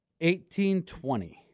1820